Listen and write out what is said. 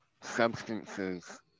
substances